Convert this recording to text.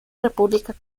república